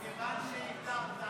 אדוני היו"ר, נתת,